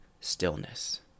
stillness